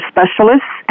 Specialists